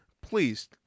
Please